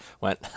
went